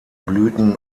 blüten